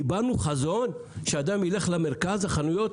דיברנו על החזון שאדם ילך למרכז החנויות,